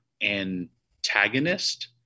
antagonist